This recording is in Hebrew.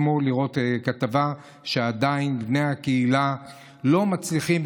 לראות כתבה שעדיין בני הקהילה לא מצליחים,